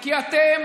כי אתם